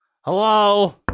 Hello